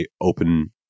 open